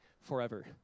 forever